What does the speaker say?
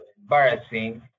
embarrassing